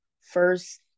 first